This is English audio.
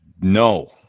No